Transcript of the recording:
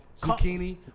zucchini